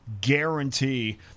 Guarantee